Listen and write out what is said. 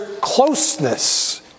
closeness